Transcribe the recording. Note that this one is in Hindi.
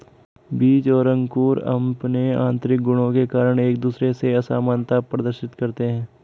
बीज और अंकुर अंपने आतंरिक गुणों के कारण एक दूसरे से असामनता प्रदर्शित करते हैं